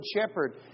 shepherd